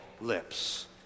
lips